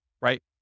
right